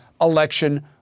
election